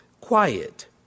quiet